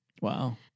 Wow